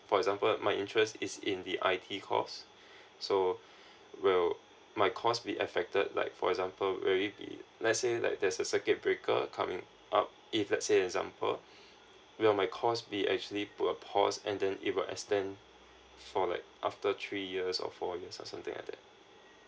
for example my interest is in the I D course so well my course be affected like for example will it be let's say like there's a circuit breaker coming up if let's say example will my course be actually put a pause and then it will extend for like after three years or four years or something like that